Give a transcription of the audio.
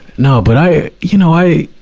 no, but i, you know, i,